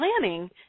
planning